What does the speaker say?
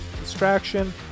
distraction